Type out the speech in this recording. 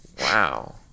Wow